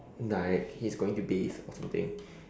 like he's going to bathe or something